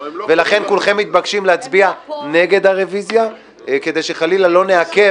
לכן כולכם מתבקשים להצביע נגד הרביזיה כדי שחלילה לא נעכב